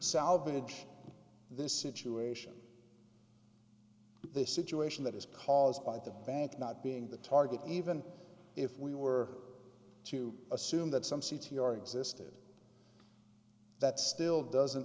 salvage this situation this situation that is caused by the bank not being the target even if we were to assume that some c t r existed that still doesn't